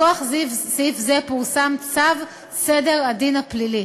מכוח סעיף זה פורסם צו סדר הדין הפלילי.